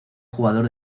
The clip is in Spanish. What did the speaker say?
jugador